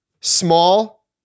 small